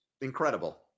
incredible